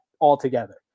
altogether